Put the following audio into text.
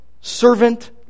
servant